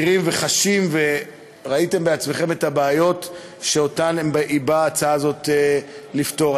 וחשים וראיתם בעצמכם את הבעיות שההצעה הזאת באה לפתור.